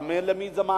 אבל את מי זה מעניין?